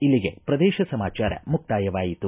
ಇಲ್ಲಿಗೆ ಪ್ರದೇಶ ಸಮಾಚಾರ ಮುಕ್ತಾಯವಾಯಿತು